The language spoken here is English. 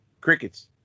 Crickets